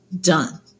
done